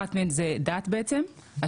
שאחת מהן זה דת, השקפה.